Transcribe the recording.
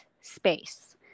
space